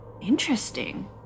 interesting